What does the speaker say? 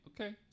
Okay